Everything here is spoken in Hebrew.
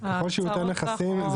ככל שיותר נכסים,